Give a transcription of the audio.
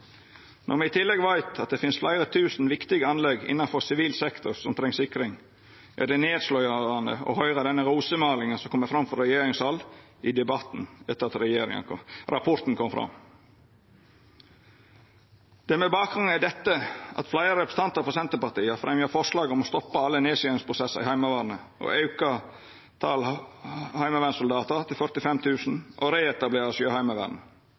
Når me i tillegg veit at det finst fleire tusen viktige anlegg innanfor sivil sektor som treng sikring, er det nedslåande å høyra den rosemålinga som har kome frå regjeringshald i debatten etter at rapporten kom. Det er med bakgrunn i dette at fleire representantar frå Senterpartiet har fremja forslag om å stoppa alle nedskjeringsprosessar i Heimevernet, auka talet på heimevernssoldatar til 45 000 og reetablera Sjøheimevernet.